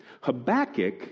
Habakkuk